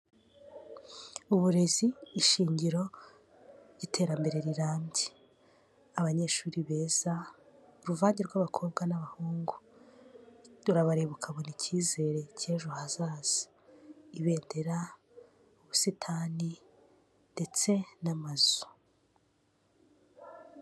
Uburezi ishingiro ry'iterambere rirambye. Abanyeshuri beza, uruvange rw'abakobwa n'abahungu, turabareba ukabona icyizere cy'ejo hazaza, ibendera, ubusitani ndetse n'amazu.